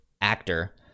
actor